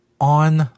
on